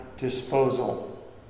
disposal